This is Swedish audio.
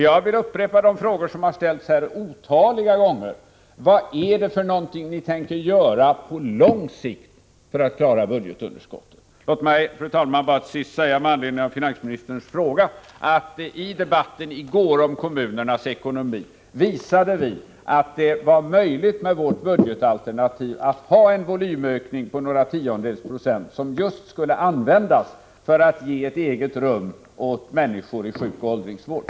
Jag vill upprepa den fråga som ställts otaliga gånger: Vad tänker ni göra på lång sikt för att klara budgetunderskottet? Låt mig, fru talman, bara till sist med anledning av finansministerns fråga säga att vi i går i debatten om kommunernas ekonomi visade att det med vårt budgetalternativ är möjligt med en volymökning på några tiondels procent, som just skulle användas för att ge ett eget rum åt människor i sjukoch åldringsvården.